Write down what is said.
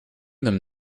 them